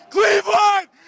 Cleveland